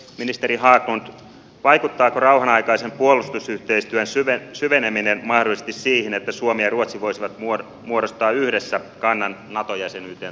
ministeri haglund vaikuttaako rauhanaikaisen puolustusyhteistyön syveneminen mahdollisesti siihen että suomi ja ruotsi voisivat muodostaa yhdessä kannan nato jäsenyyteen tulevaisuudessa